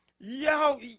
Yo